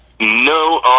No